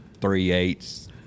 three-eighths